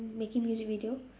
making music video